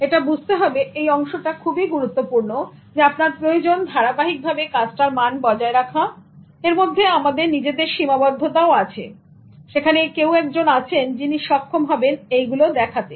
এটা বুঝতে হবে এই অংশটা খুবই গুরুত্বপূর্ণ যে আপনার প্রয়োজন ধারাবাহিকভাবে কাজটার মান বজায় রাখাএর মধ্যে আমাদের নিজের সীমাবদ্ধতা ও আছে এবং সেখানে কেউ একজন আছেন যিনি সক্ষম হবেন এই গুলো দেখাতে